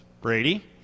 Brady